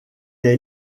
est